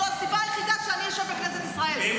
זו הסיבה היחידה שאני אשב בכנסת ישראל.